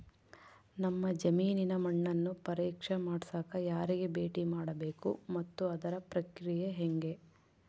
ನಮ್ಮ ಜಮೇನಿನ ಮಣ್ಣನ್ನು ಪರೇಕ್ಷೆ ಮಾಡ್ಸಕ ಯಾರಿಗೆ ಭೇಟಿ ಮಾಡಬೇಕು ಮತ್ತು ಅದರ ಪ್ರಕ್ರಿಯೆ ಹೆಂಗೆ?